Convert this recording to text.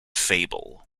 fable